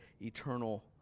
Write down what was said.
eternal